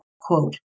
quote